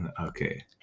okay